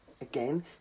again